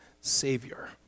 Savior